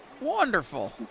Wonderful